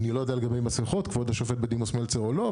אני לא יודע לגבי מסכות כבוד השופט בדימוס מלצר כן או לא,